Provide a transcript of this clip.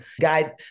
guide